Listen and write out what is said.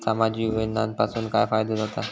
सामाजिक योजनांपासून काय फायदो जाता?